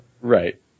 Right